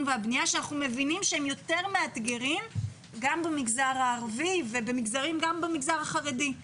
והבנייה שאנחנו מבינים שהם יותר מאתגרים גם במגזר הערבי וגם במגזר החרדי.